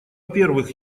первых